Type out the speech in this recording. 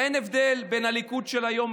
אין הבדל בין הליכוד של היום,